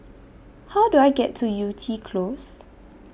How Do I get to Yew Tee Close